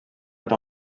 anat